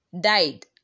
died